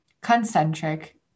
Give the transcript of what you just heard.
concentric